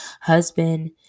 husband